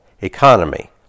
economy